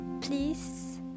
Please